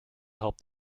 helped